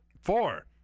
Four